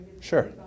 Sure